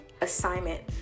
assignment